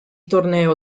torneo